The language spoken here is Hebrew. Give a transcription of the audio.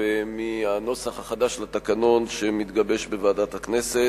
מהנוסח החדש לתקנון שמתגבש בוועדת הכנסת.